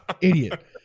Idiot